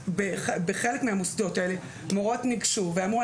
בחלק מהמוסדות המורות נגשו ואמרו,